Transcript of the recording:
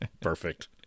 Perfect